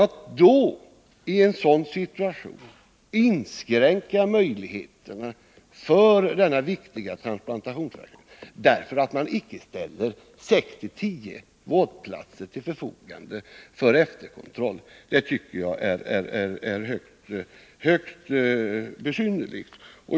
Att i den situationen inskränka möjligheterna för denna viktiga transplantationsverksamhet genom att icke ställa sex till tio vårdplatser till förfogande för efterkontroll tycker jag är högst besynnerligt.